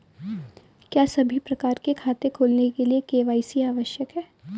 क्या सभी प्रकार के खाते खोलने के लिए के.वाई.सी आवश्यक है?